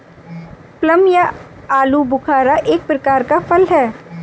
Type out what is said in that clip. plum या आलूबुखारा एक प्रकार का फल है